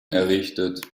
errichtet